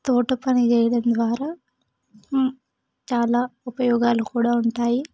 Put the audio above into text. తోట పని చేయడం ద్వారా చాలా ఉపయోగాలు కూడా ఉంటాయి